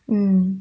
mm